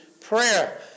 prayer